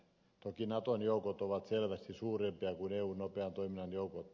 toki naton joukot ovat selvästi suuremmat kuin eun nopean toiminnan joukot